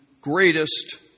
greatest